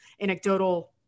anecdotal